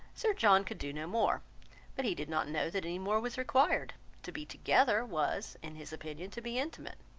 sir john could do no more but he did not know that any more was required to be together was, in his opinion, to be intimate,